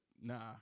nah